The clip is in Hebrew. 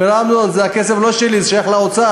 הוא אומר: אמנון, זה לא הכסף שלי, זה שייך לאוצר.